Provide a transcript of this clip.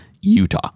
utah